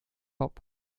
hop